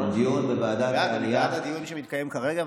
אני בעד הדיון שמתקיים כרגע,